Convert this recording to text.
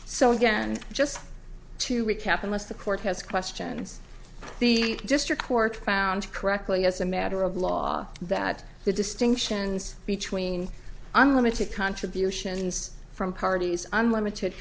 so again just to recap unless the court has questions the district court found correctly as a matter of law that the distinctions between unlimited contributions from parties unlimited